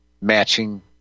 matching